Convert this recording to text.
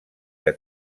que